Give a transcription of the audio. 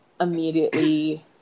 immediately